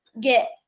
get